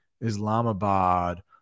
Islamabad